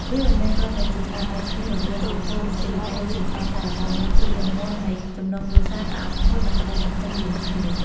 វាមិនមែនគ្រាន់តែជាការបែកគ្នារវាងបុគ្គលនោះទេ តែជាការសាកល្បងនូវភាពរឹងមាំនៃចំណងគ្រួសារ ការអត់ធ្មត់ និងក្តីសង្ឃឹមរួមគ្នា។